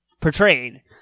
portrayed